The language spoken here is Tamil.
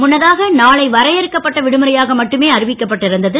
முன்னதாக நாளை வரையறுக்கப்பட்ட விடுமுறையாக மட்டுமே அறிவிக்கப்பட்டு இருந்தது